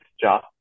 job